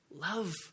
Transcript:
Love